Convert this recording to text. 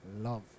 love